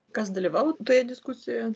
kas dalyvavo toje diskusijoje